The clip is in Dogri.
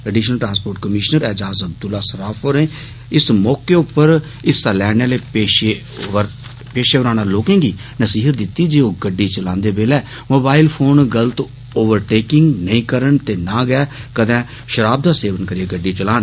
additional transport commissioner Ejaz Abdullah Saraf होरें इस मौके उप्पर हिस्सा लैने आले पेषेवर लोकें गी नसीहत दिती जे ओह् गड्डी चलान्दे होई मोबाईल फोन गल्त ओवरटेकिंग नेई करन ते न गै कदें षराब दा सेवन करिए गड्डी चलान